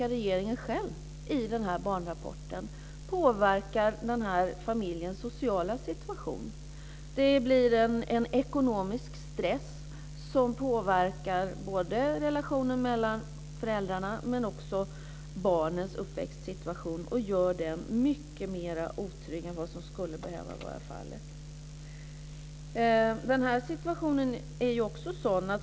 Regeringen påpekar i barnrapporten att detta påverkar familjens sociala situation. Det uppstår en ekonomisk stress som påverkar såväl relationen mellan föräldrarna som barnens uppväxt och gör den mycket mera otrygg än vad som skulle behöva vara fallet.